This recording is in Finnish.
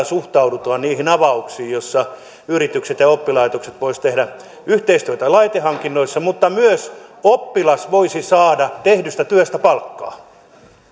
suhtaudutaan niihin avauksiin joissa yritykset ja ja oppilaitokset voisivat tehdä yhteistyötä laitehankinnoissa mutta myös oppilas voisi saada tehdystä työstä palkkaa